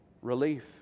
Relief